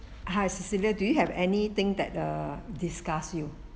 hi cecelia do you have anything that uh disgusts you